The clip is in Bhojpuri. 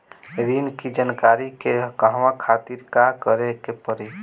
ऋण की जानकारी के कहवा खातिर का करे के पड़ी?